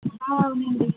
అవునండి